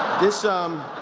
this, um.